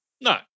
No